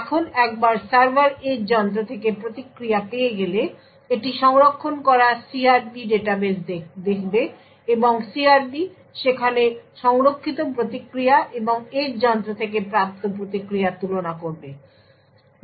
এখন একবার server edge যন্ত্র থেকে প্রতিক্রিয়া পেয়ে গেলে এটি সংরক্ষণ করা CRP ডাটাবেস দেখবে এবং CRP সেখানে সংরক্ষিত প্রতিক্রিয়া এবং এজ যন্ত্র থেকে প্রাপ্ত প্রতিক্রিয়ার তুলনা করবে